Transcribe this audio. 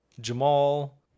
Jamal